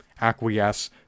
acquiesce